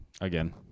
Again